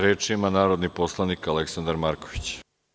Reč ima narodni poslanik Aleksandar Marković.